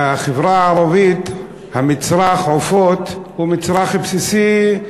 לחברה הערבית, המצרך עופות הוא מצרך בסיסי,